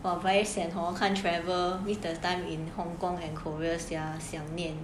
!wah! very sian hor can't travel miss time in hong-kong and korea sia 想念